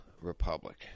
republic